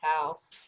house